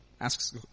asks